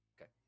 Okay